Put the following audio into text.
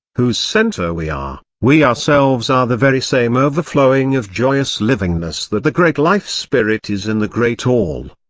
whose centre we are, we ourselves are the very same overflowing of joyous livingness that the great life spirit is in the great all.